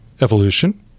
evolution